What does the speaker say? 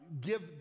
give